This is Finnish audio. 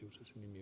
jos nimi